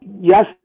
yes